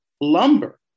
lumber